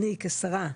אני כשרה,